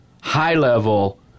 high-level